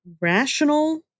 rational